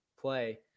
play